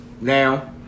Now